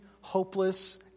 hopeless